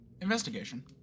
Investigation